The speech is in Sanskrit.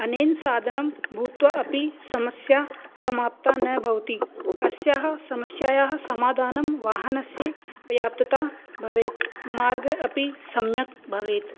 अनेन साधनं भूत्वा अपि समस्या समाप्ता न भवति अस्याः समस्यायाः समाधानं वाहनस्य पर्याप्तता भवेत् मार्गः अपि सम्यक् भवेत्